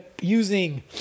using